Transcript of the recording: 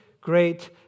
great